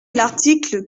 l’article